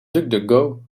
duckduckgo